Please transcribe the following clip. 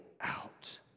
out